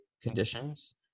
conditions